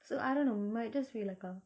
so I don't know mumbai to sri lanka